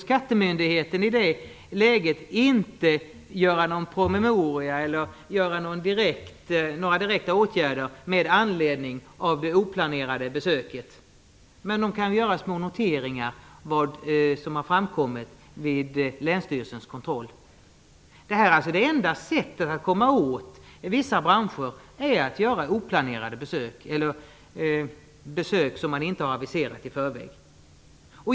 Skattemyndigheten får visserligen i det läget inte vidta några direkta åtgärder med anledning av de oaviserade besöket, men de kan göra noteringar om vad som framkommit vid länsstyrelsens kontroll. Det enda sättet att komma åt vissa branscher är att göra sådana här oaviserade besök.